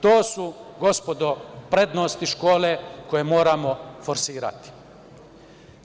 To su gospodo prednosti škole koje moramo forsirati,